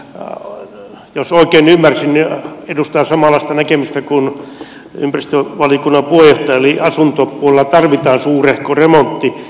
hän jos oikein ymmärsin edustaa samanlaista näkemystä kuin ympäristövaliokunnan puheenjohtaja eli asuntopuolella tarvitaan suurehko remontti